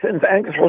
thanks